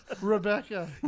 Rebecca